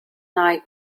night